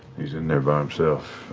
he's in there by himself.